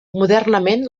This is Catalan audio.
modernament